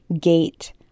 gate